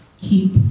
keep